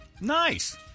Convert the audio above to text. Nice